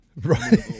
Right